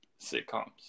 sitcoms